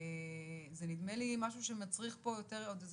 זה נדמה לי משהו שמצריך פה עוד איזה